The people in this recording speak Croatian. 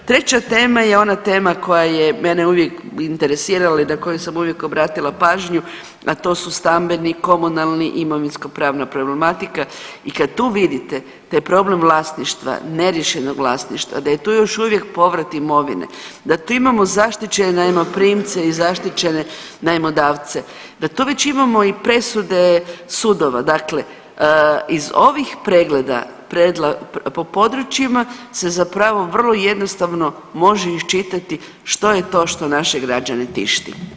Treća tema je ona tema koja je mene uvijek interesirala i na koju sam uvijek obratila pažnju, a to su stambeni, komunalni, imovinskopravna problematika i kad tu vidite da je problem vlasništva, neriješenog vlasništva da je tu još uvijek povrat imovine, da tu imamo zaštićene najmoprimce i zaštićene najmodavce, da tu već imamo i presude sudova, dakle iz ovih pregleda po područjima se zapravo vrlo jednostavno može iščitati što je to što naše građane tišti.